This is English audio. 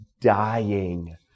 dying